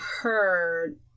heard